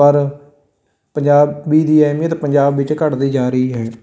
ਪਰ ਪੰਜਾਬੀ ਦੀ ਅਹਿਮੀਅਤ ਪੰਜਾਬ ਵਿੱਚ ਘੱਟਦੀ ਜਾ ਰਹੀ ਹੈ